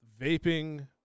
vaping